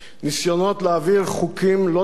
ניסיונות להעביר חוקים לא דמוקרטיים,